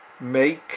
make